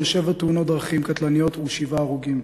שבע תאונות דרכים קטלניות ושבעה הרוגים.